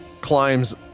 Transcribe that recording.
climbs